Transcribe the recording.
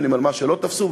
גם על מה שלא תפסו.